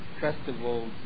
festivals